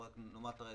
אבל רק נאמר את הרקע.